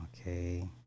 Okay